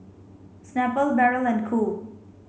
Snapple Barrel and Cool